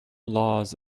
laws